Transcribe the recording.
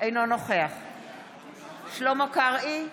אינו נוכח שלמה קרעי,